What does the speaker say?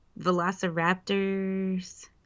Velociraptors